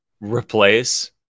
replace